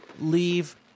Leave